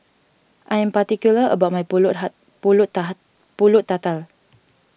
I am particular about my Pulut Pulut Taha Pulut Tatal